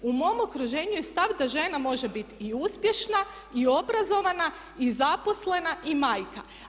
U mom okruženju je stav da žena može bit i uspješna i obrazovana i zaposlena i majka.